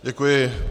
Děkuji.